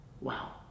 Wow